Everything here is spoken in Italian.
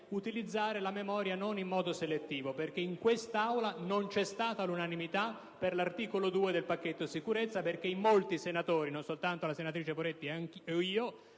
utilizzare la memoria non in modo selettivo. Ricordo che in quest'Aula non vi è stata l'unanimità per l'articolo 2 del pacchetto sicurezza, perché molti senatori - non solo la senatrice Poretti ed io